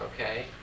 okay